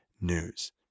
news